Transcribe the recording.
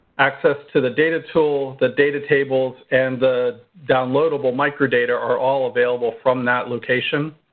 access to the data tool, the data tables, and the downloadable microdata are all available from that location.